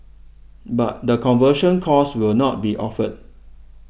but the conversion course will not be offered